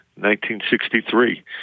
1963